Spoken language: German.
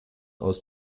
aus